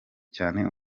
cyane